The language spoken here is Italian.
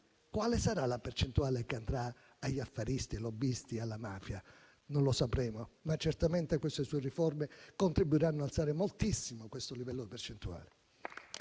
quale sarà la percentuale che andrà agli affaristi, ai lobbisti, alla mafia? Non lo sapremo, ma certamente queste sue riforme contribuiranno ad alzare moltissimo questo livello percentuale.